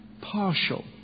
partial